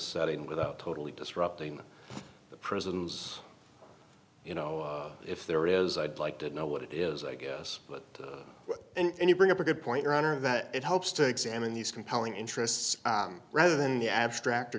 setting without totally disrupting the prisons you know if there is i'd like to know what it is i guess but and you bring up a good point your honor that it helps to examine these compelling interests rather than the abstract